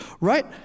right